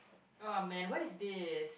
uh man what is this